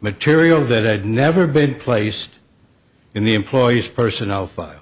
material that had never been placed in the employee's personnel file